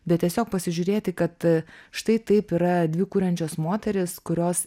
bet tiesiog pasižiūrėti kad štai taip yra dvi kuriančios moterys kurios